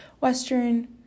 Western